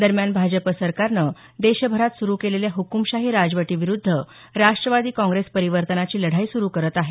दरम्यान भाजप सरकारनं देशभरात सुरु केलेल्या हुकुमशाही राजवटीविरुद्ध राष्ट्रवादी काँग्रेस परिवर्तनाची लढाई सुरु करत आहे